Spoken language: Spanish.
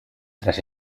tras